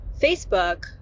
Facebook